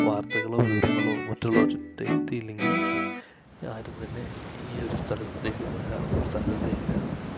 വാർത്തകളോ വിവരങ്ങളോ മറ്റുള്ളവരുടെ അടുത്തെത്തിയില്ലങ്കിൽ ആരും തന്നെ ഈ ഒരു സ്ഥലത്തേക്ക് വരാൻ സാധ്യതയില്ല